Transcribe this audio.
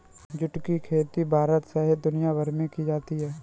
जुट की खेती भारत सहित दुनियाभर में की जाती है